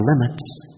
limits